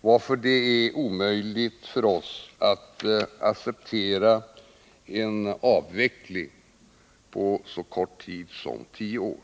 varför det är omöjligt för oss att acceptera en avveckling på så kort tid som tio år.